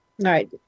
right